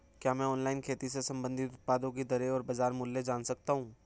क्या मैं ऑनलाइन खेती से संबंधित उत्पादों की दरें और बाज़ार मूल्य जान सकता हूँ?